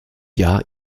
jahr